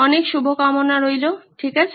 অনেক শুভ কামনা রইলো ঠিক আছে